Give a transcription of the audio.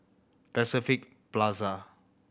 Pacific Plaza